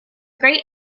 great